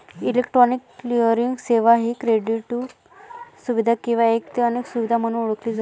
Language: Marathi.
इलेक्ट्रॉनिक क्लिअरिंग सेवा ही क्रेडिटपू सुविधा किंवा एक ते अनेक सुविधा म्हणून ओळखली जाते